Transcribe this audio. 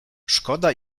szkoda